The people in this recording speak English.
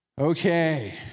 Okay